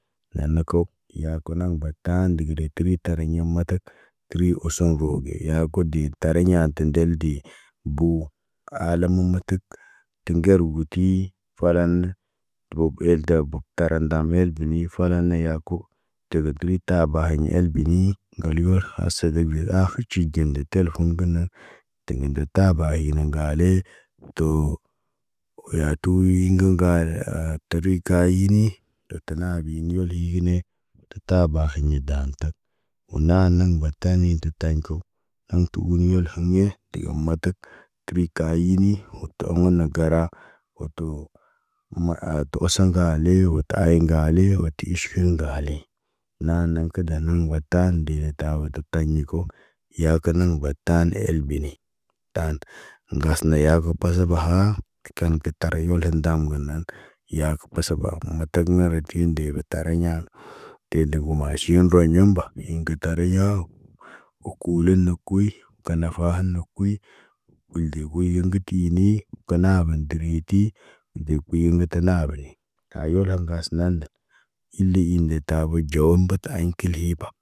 Naana ko, yako naŋg bataan ndəgə di təri tariɲa matak. Təri osoŋg googe, yaagodi triɲa tendel de. Bo, alam nə matak, tə ŋger wuti falanna. Bob el dabo, tara ndam elbeni fala na yako. ɟebe təri taa baaheɲe elbeni, ŋgali wor hasa be akhir cuwic ɟende teləfoni bəna. Teŋge nde taaba hine ŋgaale, too yatu yuyi ŋgow ŋgaar tərə kaaye yiini. Də tə naabi ni hol higine, tə taaba hiɲe daan tak, wun naa naŋg batan taani in te tayin ko. Aŋg tu uniyol haŋg ye, degem matak, tiɓi ka yiini, to omoŋg na gara, wo tu Umar aatu əsə ŋgaale wota ta aayi ŋgali wo ti iʃkiɲ ŋgali. Naanəŋg ki dani bataan dene tabo dok taɲi ko, yaa konaŋg bat taan elbeni. Taan ŋgas na yaa bə pasaba haa, kaŋgə ara yole ndam gəna. Yaa kə pasaba matak mara dii nde bə tariɲa. Te du mbumʃi nə roɲ numba, wi ingat taariɲa, wo kuulun na kuy, kə nafa hana kuy. Wilde guy ge ŋgiti iini, konaabən deriyeti. Deb kuyu mita naabene. Kayola ŋgas naande, ile ile de tabo ɟowombət ayi kilhiba.